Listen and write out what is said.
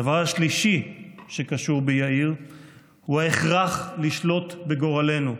הדבר השלישי שקשור ביאיר הוא ההכרח לשלוט בגורלנו.